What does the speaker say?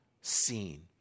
seen